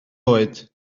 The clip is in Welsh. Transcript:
oed